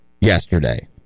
yesterday